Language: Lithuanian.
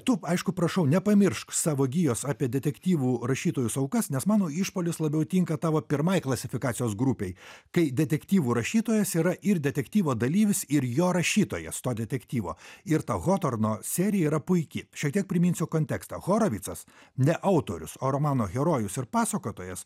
tu aišku prašau nepamiršk savo gijos apie detektyvų rašytojus aukas nes mano išpuolis labiau tinka tavo pirmai klasifikacijos grupei kai detektyvų rašytojas yra ir detektyvo dalyvis ir jo rašytojas to detektyvo ir hotorno serija yra puiki šiek tiek priminsiu kontekstą horovitsas ne autorius o romano herojus ir pasakotojas